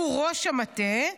שהוא ראש המטה.